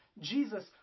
Jesus